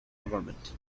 government